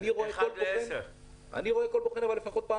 אני רואה בוחן לפחות פעם